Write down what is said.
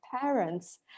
parents